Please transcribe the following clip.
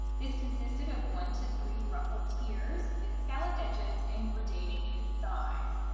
this consisted of one to three ruffled tiers with scalloped edges and gradating in size.